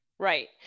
Right